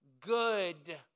good